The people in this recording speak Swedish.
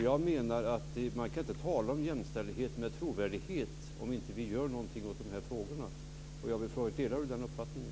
Jag menar att man inte kan tala om jämställdhet med trovärdighet om vi inte gör något åt de här frågorna. Delar Birgitta Ahlqvist den uppfattningen?